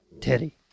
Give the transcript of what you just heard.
Teddy